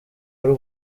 y’u